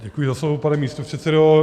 Děkuji za slovo, pane místopředsedo.